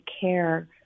care